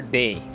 day